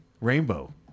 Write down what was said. Rainbow